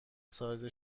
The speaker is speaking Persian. سایز